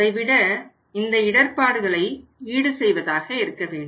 அதைவிட இந்த இடர்பாடுகளை ஈடு செய்வதாக இருக்க வேண்டும்